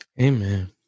Amen